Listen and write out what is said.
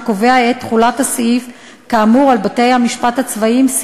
שקובע את תחולת הסעיף כאמור על בתי-משפט צבאיים,